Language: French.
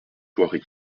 thoiry